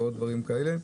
לאל-תור ועוד דברים כאלה.